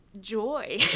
joy